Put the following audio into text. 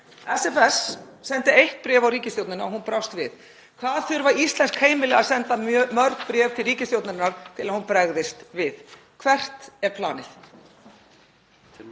SFS sendi eitt bréf á ríkisstjórnina og hún brást við. Hvað þurfa íslensk heimili að senda mörg bréf til ríkisstjórnarinnar svo að hún bregðist við? Hvert er planið?